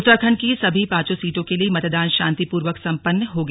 उत्तराखंड की सभी पांचों सीटों के लिए मतदान शांतिपूर्वक संपन्न हो गया